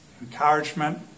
encouragement